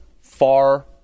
far